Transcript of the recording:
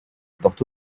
porte